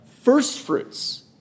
firstfruits